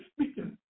speaking